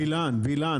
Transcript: וילן,